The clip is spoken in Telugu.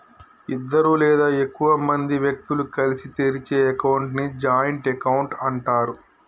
ఇద్దరు లేదా ఎక్కువ మంది వ్యక్తులు కలిసి తెరిచే అకౌంట్ ని జాయింట్ అకౌంట్ అంటరు